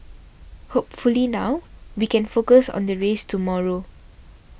hopefully now we can focus on the race tomorrow